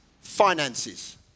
finances